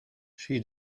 she